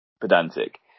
pedantic